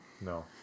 No